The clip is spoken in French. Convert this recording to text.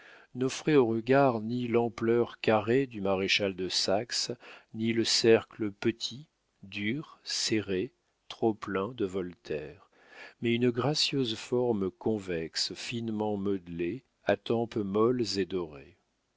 n'offrait au regard ni l'ampleur carrée du maréchal de saxe ni le cercle petit dur serré trop plein de voltaire mais une gracieuse forme convexe finement modelée à tempes molles et dorées